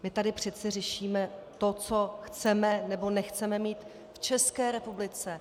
My tady přece řešíme to, co chceme nebo nechceme mít v České republice.